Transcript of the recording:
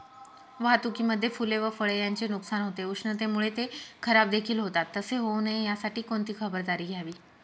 वाहतुकीमध्ये फूले व फळे यांचे नुकसान होते, उष्णतेमुळे ते खराबदेखील होतात तसे होऊ नये यासाठी कोणती खबरदारी घ्यावी?